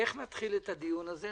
איך נתחיל את הדיון הזה.